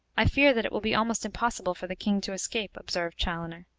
i fear that it will be almost impossible for the king to escape, observed chaloner.